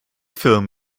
film